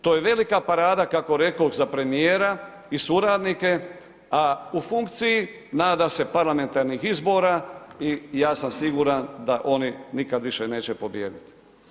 To je velika parada kako rekoh za premijera i suradnike, a u funkciji nadam se parlamentarnih izbora i ja sam siguran da oni nikad više neće pobijediti.